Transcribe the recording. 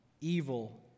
evil